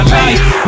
life